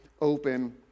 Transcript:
open